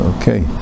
Okay